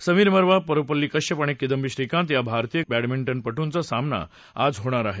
समीर वर्मा परुपल्ली कश्यप आणि किदंबी श्रीकांत या भारतीय बॅडमिंटन पटूंचा सामना आज होणार आहे